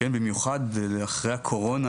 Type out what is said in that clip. במיוחד אחרי הקורונה,